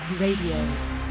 Radio